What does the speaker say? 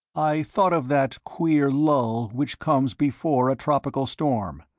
i thought of that queer lull which comes before a tropical storm,